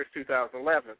2011